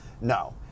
No